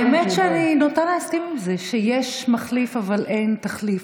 האמת שאני נוטה להסכים עם זה שיש מחליף אבל אין תחליף,